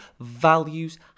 values